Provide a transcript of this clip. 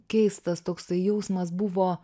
keistas toksai jausmas buvo